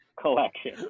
collection